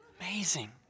Amazing